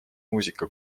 muusika